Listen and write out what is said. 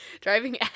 driving